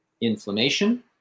inflammation